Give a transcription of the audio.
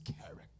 character